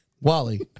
Wally